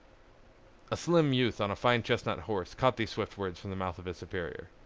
a slim youth on a fine chestnut horse caught these swift words from the mouth of his superior.